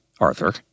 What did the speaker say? arthur